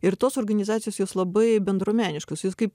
ir tos organizacijos jos labai bendruomeniškos jos kaip